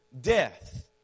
Death